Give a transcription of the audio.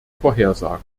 vorhersagen